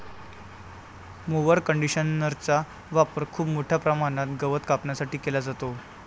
mower कंडिशनरचा वापर खूप मोठ्या प्रमाणात गवत कापण्यासाठी केला जातो